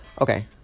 Okay